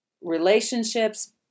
relationships